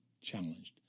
challenged